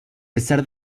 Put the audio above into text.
pesar